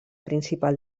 principal